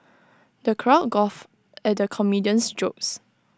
the crowd guffawed at the comedian's jokes